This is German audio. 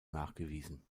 nachgewiesen